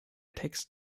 text